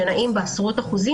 שנעים בעשרות אחוזים.